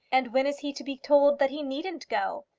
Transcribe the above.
and when is he to be told that he needn't go?